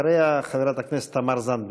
אחריה, חברת הכנסת תמר זנדברג.